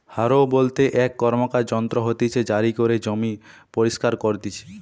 হারও বলতে এক র্কমকার যন্ত্র হতিছে জারি করে জমি পরিস্কার করতিছে